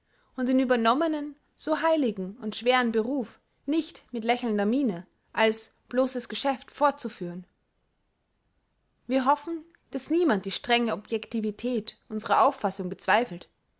und den übernommenen so heiligen und schweren beruf nicht mit lächelnder miene als bloßes geschäft fortzuführen wir hoffen daß niemand die strenge objectivität unserer auffassung bezweifelt